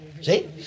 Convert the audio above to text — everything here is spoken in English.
See